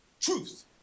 truth